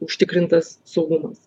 užtikrintas saugumas